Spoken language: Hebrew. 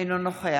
אינו נוכח